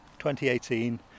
2018